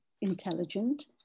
intelligent